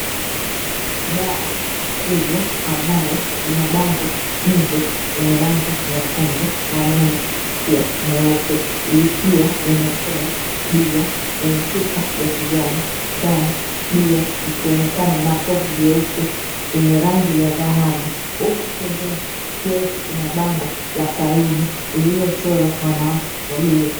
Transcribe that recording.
Baa kubwa ambayo ina bango nje lenye rangi nyekundu, maneno meupe. Ikiwa limechora bia yenye chupa ya kijani ndani, bia ikionekana na povu jeupe yenye rangi ya dhahabu, huku pembeni kukiwa kuna bango la saluni lililochorwa wanawake wawili.